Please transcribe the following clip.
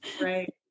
Right